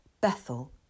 Bethel